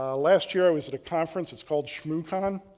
ah last year, i was at a conference, it's called shmoocon.